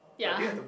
yeah